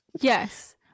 Yes